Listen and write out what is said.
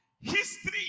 history